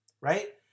right